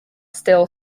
still